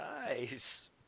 Nice